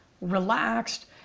relaxed